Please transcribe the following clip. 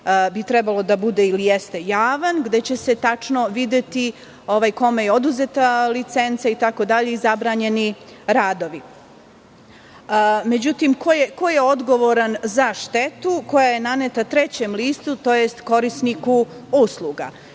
bi trebalo da bude ili jeste javan, a gde će se tačno videti kome je oduzeta licenca i zabranjeni radovi.Međutim, ko je odgovoran za štetu koja je naneta trećem licu tj. korisniku usluga?